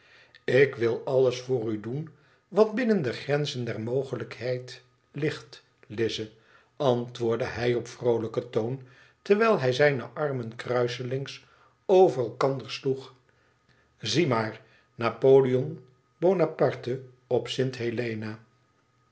ik wil alles voor u doen wat binnen de grenzen der mogelijkheid ligt lize antwoordde hij op vroolijken toon terwijl hij zijne armen kruiselings over elkander sloeg zie maar napoleon buonaparte op